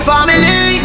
Family